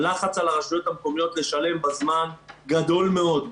הלחץ על הרשויות המקומיות לשלם בזמן גדול מאוד.